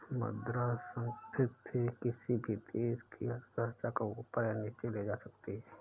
मुद्रा संस्फिति किसी भी देश की अर्थव्यवस्था को ऊपर या नीचे ले जा सकती है